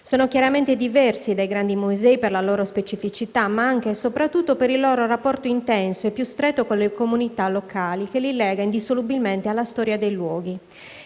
Sono chiaramente diversi dai grandi musei per la loro specificità, ma anche e soprattutto per il loro rapporto intenso e più stretto con le comunità locali, che li lega indissolubilmente alla storia dei luoghi.